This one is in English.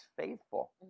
faithful